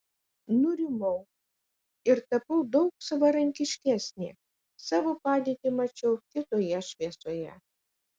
nurimau ir tapau daug savarankiškesnė savo padėtį mačiau kitoje šviesoje